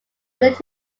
related